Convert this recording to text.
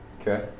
Okay